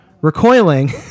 recoiling